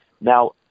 Now